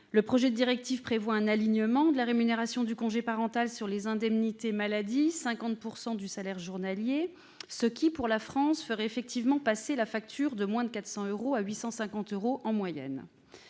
La proposition de directive prévoit un alignement de la rémunération du congé parental sur les indemnités maladie, soit 50 % du salaire journalier, ce qui, pour la France, en ferait passer le coût de moins de 400 euros à 950 euros en moyenne.